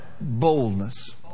boldness